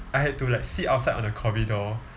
I had to like sit outside on the corridor